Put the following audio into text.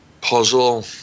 puzzle